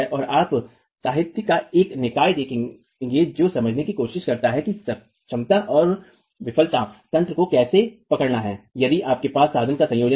और आप साहित्य का एक निकाय देखेंगे जो समझने की कोशिश करता है कि क्षमता और विफलता तंत्र को कैसे पकड़ना है यदि आपके पास साधनों का संयोजन है